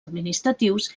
administratius